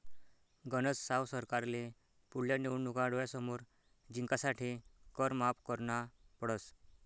गनज साव सरकारले पुढल्या निवडणूका डोळ्यासमोर जिंकासाठे कर माफ करना पडस